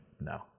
no